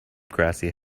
grassy